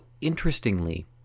interestingly